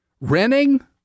renting